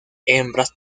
hembras